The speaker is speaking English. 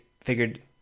figured